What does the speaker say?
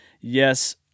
yes